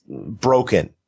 broken